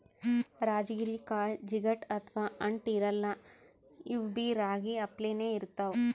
ರಾಜಗಿರಿ ಕಾಳ್ ಜಿಗಟ್ ಅಥವಾ ಅಂಟ್ ಇರಲ್ಲಾ ಇವ್ಬಿ ರಾಗಿ ಅಪ್ಲೆನೇ ಇರ್ತವ್